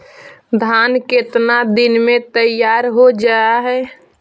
धान केतना दिन में तैयार हो जाय है?